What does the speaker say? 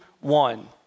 one